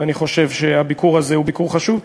אני חושב שהביקור הזה הוא ביקור חשוב.